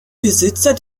besitzer